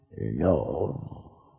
No